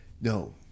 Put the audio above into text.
no